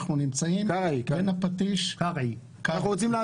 אנחנו נמצאים בין הפטיש לסדן.